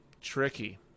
tricky